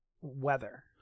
weather